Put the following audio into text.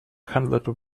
handled